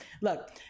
Look